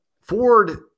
Ford